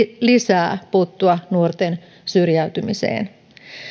lisää puuttua nuorten syrjäytymiseen